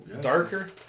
Darker